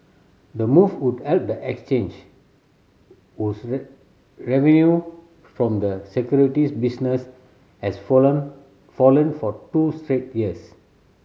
the move would help the exchange whose revenue from the securities business has fallen fallen for two straight years